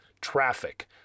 traffic